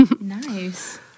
Nice